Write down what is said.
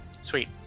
sweet